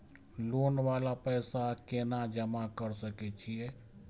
Loan वाला पैसा केना जमा कर सके छीये?